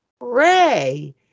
Ray